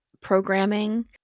programming